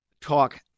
talk